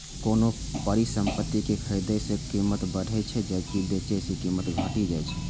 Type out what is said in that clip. कोनो परिसंपत्ति कें खरीदने सं कीमत बढ़ै छै, जबकि बेचै सं कीमत घटि जाइ छै